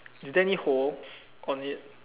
is there any hole on it